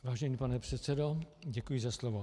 Vážený pane předsedo, děkuji za slovo.